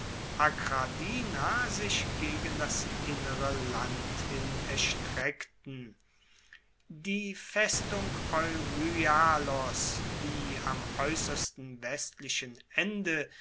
sich gegen das innere land hin erstreckten die festung euryalos die am aeussersten westlichen ende